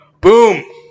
boom